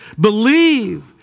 believe